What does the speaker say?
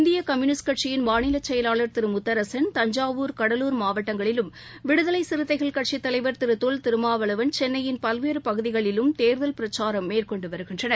இந்திய கம்யுனிஸ்ட் கட்சியின் மாநில செயலாளர் திரு முத்தரசன் தஞ்சாவூர் கடலூர் மாவட்டங்களிலும் விடுதலை சிறுத்தைகள் கட்சித் தலைவர் திரு தொல் திருமாவளவன் சென்னையின் பல்வேறு பகுதிகளிலும் தேர்தல் பிரச்சாரம் மேற்கொண்டு வருகின்றனர்